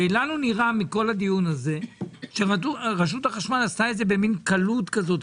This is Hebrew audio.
ולנו נראה מכל הדיון הזה שרשות החשמל עשתה את זה במין קלות כזאת,